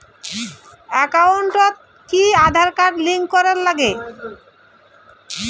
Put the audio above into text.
একাউন্টত কি Aadhaar card link করের নাগে?